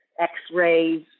x-rays